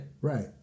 Right